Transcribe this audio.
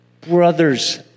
brother's